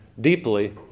deeply